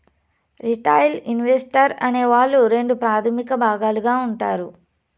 retail investor అనే వాళ్ళు రెండు ప్రాథమిక భాగాలుగా ఉంటారు